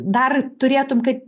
dar turėtum kaip